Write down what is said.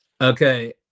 Okay